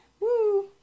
Woo